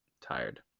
Tired